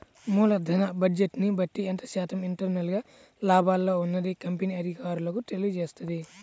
మూలధన బడ్జెట్ని బట్టి ఎంత శాతం ఇంటర్నల్ గా లాభాల్లో ఉన్నది కంపెనీ అధికారులకు తెలుత్తది